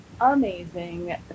amazing